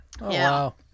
wow